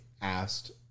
asked